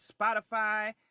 Spotify